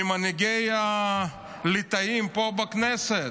ממנהיגי הליטאים פה בכנסת,